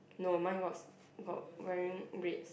no mine got got wearing reds